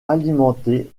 alimenter